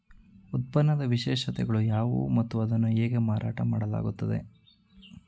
ಉತ್ಪನ್ನದ ವಿಶೇಷತೆಗಳು ಯಾವುವು ಮತ್ತು ಅದನ್ನು ಹೇಗೆ ಮಾರಾಟ ಮಾಡಲಾಗುತ್ತದೆ?